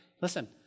listen